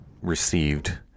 received